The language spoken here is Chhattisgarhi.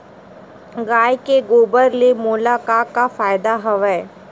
गाय के गोबर ले मोला का का फ़ायदा हवय?